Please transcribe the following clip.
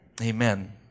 Amen